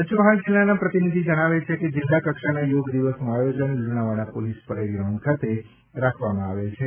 પંચમહાલ જિલ્લાના પ્રતિનિધિ જણાવે છે કે જિલ્લા કક્ષાના યોગ દિવસનું આયોજન લુણાવાડા પોલીસ પરેડ ગ્રાઉન્ડ ખાતે રાખવામાં આવેલ છે